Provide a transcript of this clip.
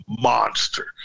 monster